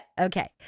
Okay